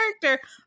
character